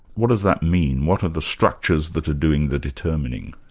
what does that mean, what are the structures that are doing the determining?